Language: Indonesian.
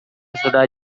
sudah